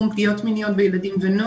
ונוער.